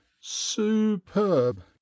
superb